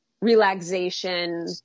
relaxation